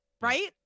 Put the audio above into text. right